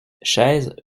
chaises